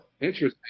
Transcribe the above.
Interesting